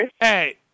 Hey